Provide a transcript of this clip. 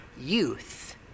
youth